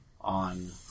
on